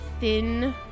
thin